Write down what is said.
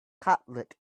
cutlet